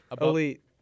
Elite